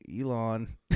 Elon